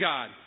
God